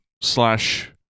slash